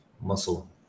muscle